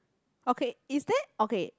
okay is there okay